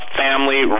family